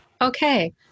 okay